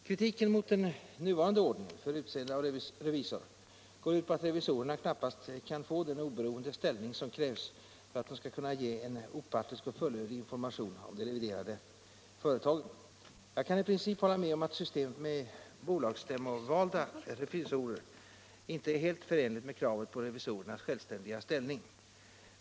Kritiken mot den nuvarande ordningen för utseende av revisor går ut på att revisorerna knappast kan få den oberoende ställning som krävs för att de skall kunna ge en opartisk och fullödig information om de reviderade företagen. Jag kan i princip hålla med om att systemet med bolagsstämmovalda revisorer inte är helt förenligt med kravet på revisorernas självständiga ställning.